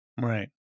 Right